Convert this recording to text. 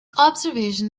observation